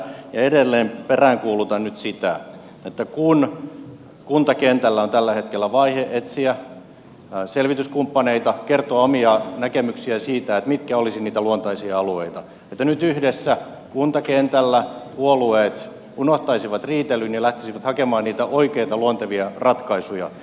edelleen peräänkuulutan nyt sitä että kun kuntakentällä on tällä hetkellä vaihe etsiä selvityskumppaneita kertoa omia näkemyksiä siitä mitkä olisivat niitä luontaisia alueita nyt yhdessä kuntakentällä puolueet unohtaisivat riitelyn ja lähtisivät hakemaan niitä oikeita luontevia ratkaisuja